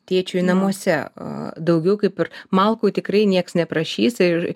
tėčiui namuose daugiau kaip ir malkų tikrai nieks neprašys ir